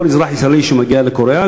כל אזרח ישראלי שמגיע לקוריאה,